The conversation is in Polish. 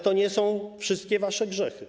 To nie są wszystkie wasze grzechy.